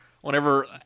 whenever